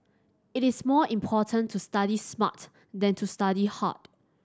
it is more important to study smart than to study hard